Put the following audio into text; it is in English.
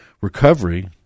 Recovery